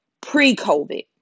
pre-COVID